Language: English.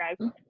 guys